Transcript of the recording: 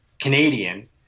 Canadian